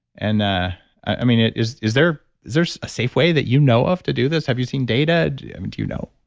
and i i mean is is there there's a safe way that you know of to do this? have you seen data? yeah do you know?